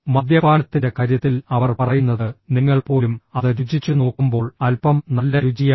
മദ്യപാനത്തിന്റെ കാര്യത്തിൽ അവർ പറയുന്നത് നിങ്ങൾ പോലും അത് രുചിച്ചു നോക്കുമ്പോൾ അൽപ്പം നല്ല രുചിയാണ്